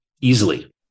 Easily